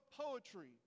poetry